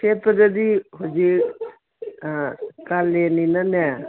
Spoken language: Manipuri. ꯁꯦꯠꯄꯗꯗꯤ ꯍꯧꯖꯤꯛ ꯀꯥꯂꯦꯟꯅꯤꯅꯅꯦ